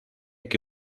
que